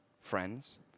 friends